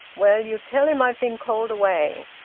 well ye'll tell him i've been called away.